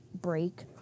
break